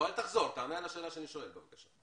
אל תחזור, תענה על השאלה שאני שואל, בבקשה.